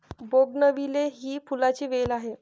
bougainvillea ही फुलांची वेल आहे